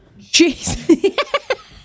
Jeez